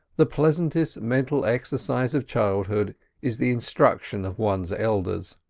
the pleasantest mental exercise of childhood is the instruction of one's elders.